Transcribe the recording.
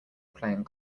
playing